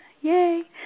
Yay